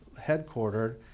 headquartered